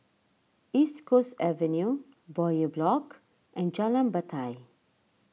East Coast Avenue Bowyer Block and Jalan Batai